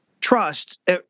trust